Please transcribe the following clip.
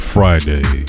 Friday